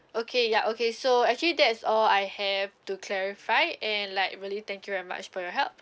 okay ya okay so actually that is all I have to clarify and like really thank you very much for your help